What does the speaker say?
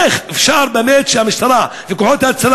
איך אפשר באמת שהמשטרה וכוחות ההצלה